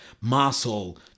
muscle